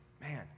Man